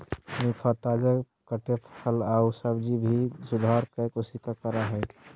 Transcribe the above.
निफा, ताजे कटे फल आऊ सब्जी में भी सुधार के कोशिश करा हइ